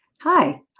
Hi